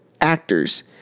actors